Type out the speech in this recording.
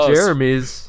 Jeremy's